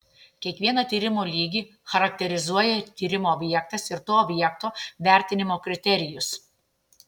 kiekvieną tyrimo lygį charakterizuoja tyrimo objektas ir to objekto vertinimo kriterijus